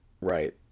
Right